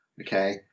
Okay